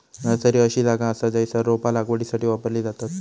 nursery अशी जागा असा जयसर रोपा लागवडीसाठी वापरली जातत